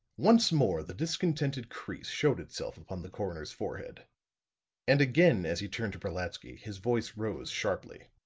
once more the discontented crease showed itself upon the coroner's forehead and again as he turned to brolatsky, his voice rose sharply.